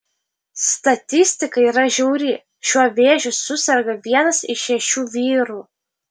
statistika yra žiauri šiuo vėžiu suserga vienas iš šešių vyrų